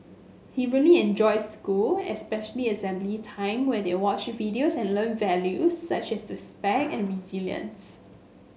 he really enjoys school especially assembly time where they watch videos and learn values such as respect and resilience